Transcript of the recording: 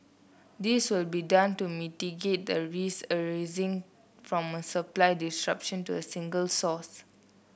this will be done to mitigate the risk arising from a supply disruption to a single source